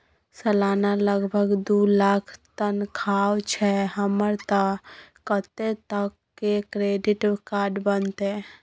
सलाना लगभग दू लाख तनख्वाह छै हमर त कत्ते तक के क्रेडिट कार्ड बनतै?